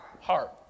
heart